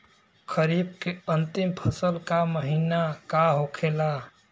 खरीफ के अंतिम फसल का महीना का होखेला?